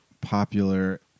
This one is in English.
popular